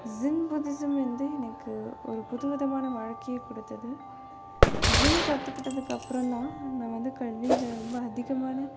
ஜின் Buddhism வந்து எனக்கு ஒரு புதுவிதமான வாழ்க்கையை கொடுத்தது ஜின் கற்றுக்கிட்டத்துக்கு அப்புறம்தான் நான் வந்து கல்வியில் ரொம்ப அதிகமான